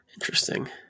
interesting